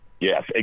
Yes